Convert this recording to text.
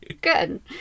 good